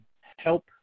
help